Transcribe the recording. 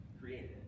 created